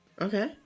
Okay